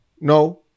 No